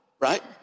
right